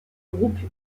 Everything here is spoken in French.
groupe